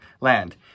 land